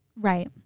Right